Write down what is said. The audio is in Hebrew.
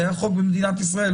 זה החוק במדינת ישראל,